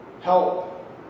Help